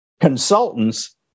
consultants